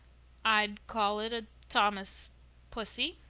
i'd call it a thomas pussy,